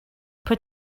put